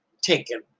taken